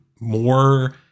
more